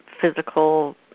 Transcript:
physical